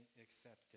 accepted